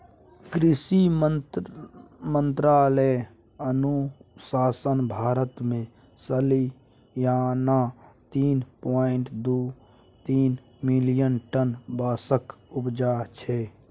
कृषि मंत्रालयक अनुसार भारत मे सलियाना तीन पाँइट दु तीन मिलियन टन बाँसक उपजा छै